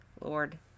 Lord